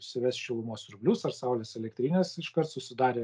įsivest šilumos siurblius ar saulės elektrines iškart susidarė